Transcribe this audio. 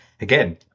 Again